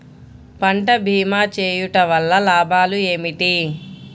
పంట భీమా చేయుటవల్ల లాభాలు ఏమిటి?